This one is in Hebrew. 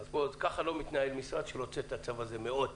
אז ככה לא מתנהל משרד שרוצה את הצו הזה מאוד.